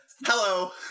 Hello